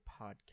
podcast